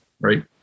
right